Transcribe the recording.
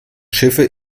schiffe